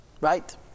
Right